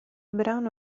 brano